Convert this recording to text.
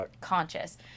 conscious